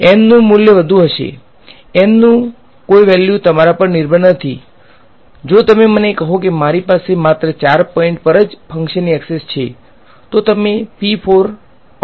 N નું મૂલ્ય વધુ હશે N નું કોઈ વેલ્યુ તમારા પર નિર્ભર નથી જો તમે મને કહો કે મારી પાસે માત્ર 4 પોઈન્ટ પર જ ફંક્શનની ઍક્સેસ છે તો તમે બનાવશો